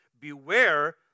Beware